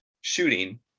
shooting